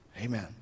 Amen